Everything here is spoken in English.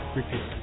repeat